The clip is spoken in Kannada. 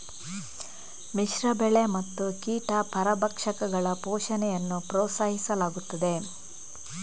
ಮಿಶ್ರ ಬೆಳೆ ಮತ್ತು ಕೀಟ ಪರಭಕ್ಷಕಗಳ ಪೋಷಣೆಯನ್ನು ಪ್ರೋತ್ಸಾಹಿಸಲಾಗುತ್ತದೆ